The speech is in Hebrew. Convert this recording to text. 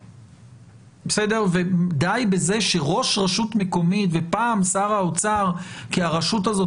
די בזה שראש רשות מקומית ופעם שר האוצר כי הרשות הזאת